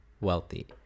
wealthy